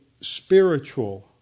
spiritual